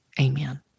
Amen